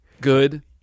good